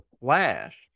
Flash